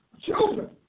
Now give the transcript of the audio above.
children